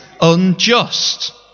unjust